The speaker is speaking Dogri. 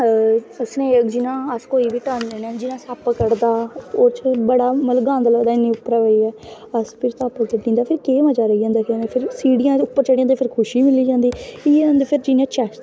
जियां अस कोई बी टर्न लैने जियां सप्प चढ़दा ओह्दे च मतलव बड़े गंद लगदा अस फिर सप फिर केह्मज़ा रेही जंदा सिढ़ियां उप्पर चढ़ी जंदा फिर खुशी मिली जंदी एह् होंदा फिर जियां चैस्स